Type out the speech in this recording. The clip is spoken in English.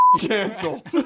canceled